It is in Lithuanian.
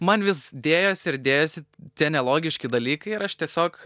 man vis dėjosi ir dėjosi tie nelogiški dalykai ir aš tiesiog